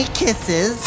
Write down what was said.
kisses